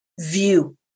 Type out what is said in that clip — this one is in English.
view